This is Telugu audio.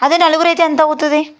అదే నలుగురు అయితే ఎంత అవుతుంది